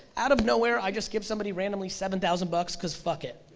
out of nowhere i just give somebody randomly seven thousand bucks because fuck it,